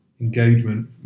engagement